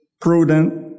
prudent